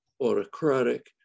autocratic